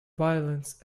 violins